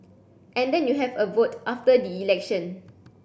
and then you have a vote after the election